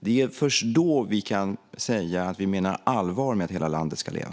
Det är först då vi kan säga att vi menar allvar med att hela landet ska leva.